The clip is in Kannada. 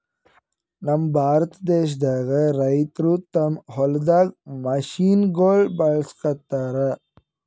ನಮ್ ಭಾರತ ದೇಶದಾಗ್ ರೈತರ್ ತಮ್ಮ್ ಹೊಲ್ದಾಗ್ ಮಷಿನಗೋಳ್ ಬಳಸುಗತ್ತರ್